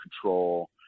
control